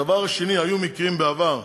הדבר השני: היו מקרים בעבר,